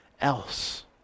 else